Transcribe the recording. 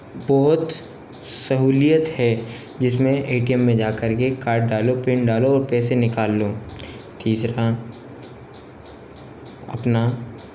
बहुत सहूलत है जिस में ए टी एम में जा कर के कार्ड डालो पिन डालो और पैसे निकाल लो तीसरा अपना